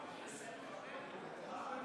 ההצבעה: בעד,